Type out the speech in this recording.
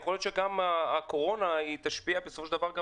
יכול להיות שגם הקורונה תשפיע בסופו של דבר גם